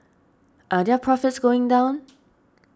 are their profits going down